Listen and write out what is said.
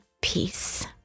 peace